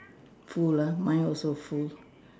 full lah mine also full